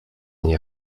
nie